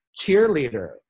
cheerleader